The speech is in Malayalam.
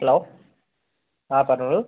ഹലോ ആ പറഞ്ഞോളൂ